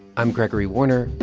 i'm gregory warner.